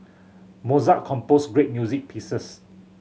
Mozart composed great music pieces